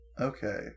Okay